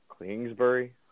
Kingsbury